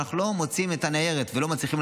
ואנחנו לא מוצאים את הניירת ולא מצליחים